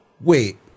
Wait